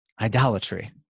idolatry